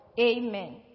Amen